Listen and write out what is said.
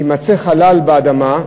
כי יימצא חלל באדמה,